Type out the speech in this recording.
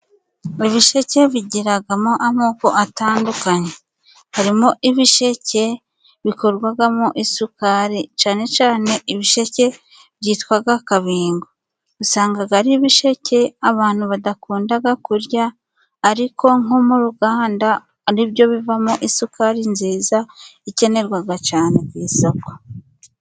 Ibisheke bigira amoko atandukanye, harimo ibisheke bikorwamo isukari, cyane cyane ibisheke byitwa Kabingo, usanga ari ibisheke abantu badakunda kurya, ariko nko mu ruganda ari byo bivamo isukari nziza ikenerwa cyane ku isoko.